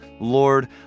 Lord